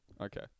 Okay